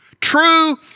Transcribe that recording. True